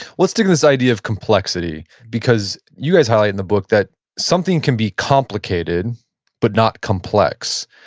let's take this idea of complexity because you guys highlight in the book that something can be complicated but not complex.